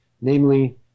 namely